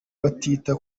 batita